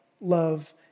love